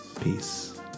Peace